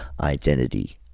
identity